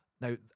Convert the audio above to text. Now